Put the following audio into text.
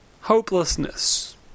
hopelessness